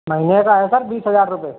महीने का है सर बीस हज़ार रुपये